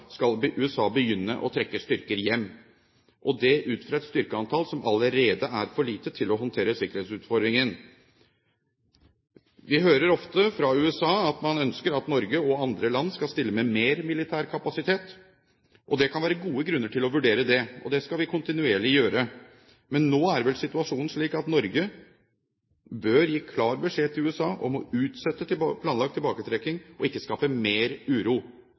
skal USA begynne å trekke sine styrker hjem, og det ut fra et styrkeantall som allerede er for lite til å håndtere sikkerhetsutfordringen. Vi hører ofte fra USA at man ønsker at Norge og andre land skal stille med mer militær kapasitet. Det kan være gode grunner til å vurdere det – og det skal vi gjøre kontinuerlig – men nå er vel situasjonen slik at Norge bør gi klar beskjed til USA om å utsette planlagt tilbaketrekking og ikke skape mer uro.